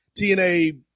TNA